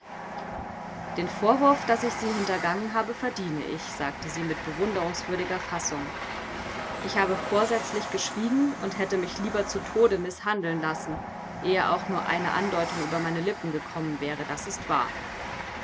den vorwurf daß ich sie hintergangen habe verdiene ich sagte sie mit bewunderungswürdiger fassung ich habe vorsätzlich geschwiegen und hätte mich lieber zu tode mißhandeln lassen ehe auch nur eine andeutung über meine lippen gekommen wäre das ist wahr